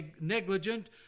negligent